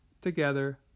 together